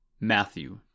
Matthew